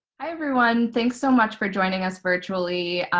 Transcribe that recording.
everyone. thanks so much for joining us virtually.